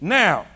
now